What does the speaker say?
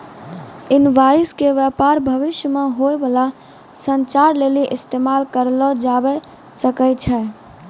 invoice के व्य्वहार भविष्य मे होय बाला संचार लेली इस्तेमाल करलो जाबै सकै छै